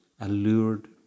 allured